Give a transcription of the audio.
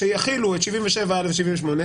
שיחילו את 77א ו-78.